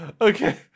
Okay